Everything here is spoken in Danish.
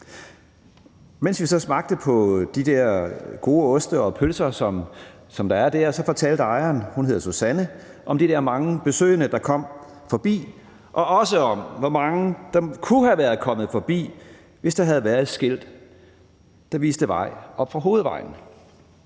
der, fortalte hende, der driver det, hun hedder Susanne, om de der mange besøgende, der kom forbi, og også om, hvor mange der kunne være kommet forbi, hvis der havde været et skilt, der viste vej oppe fra hovedvejen.